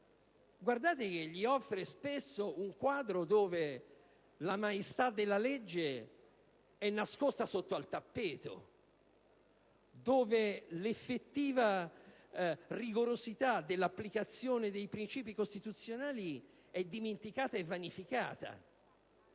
Guardate che spesso gli offre un quadro dove la maestà della legge è nascosta sotto al tappeto, dove l'effettivo rigore nell'applicazione dei principi costituzionali è dimenticato e vanificato;